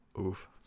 Oof